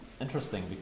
interesting